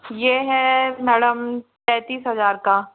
ये है मैडम तैंतीस हजार का